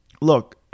look –